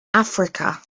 africa